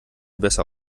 besser